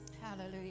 Hallelujah